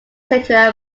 criteria